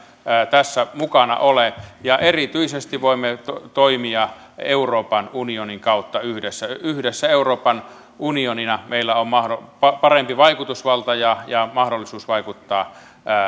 tässä mukana ole ja erityisesti voimme toimia euroopan unionin kautta yhdessä yhdessä euroopan unionina meillä on parempi vaikutusvalta ja ja mahdollisuus vaikuttaa